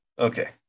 okay